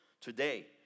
today